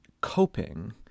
coping